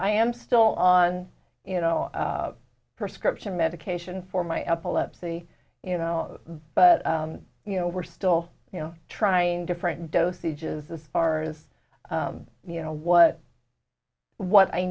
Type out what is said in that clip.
i am still on you know prescription medication for my epilepsy you know but you know we're still you know trying different dosages as far as you know what what i